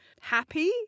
happy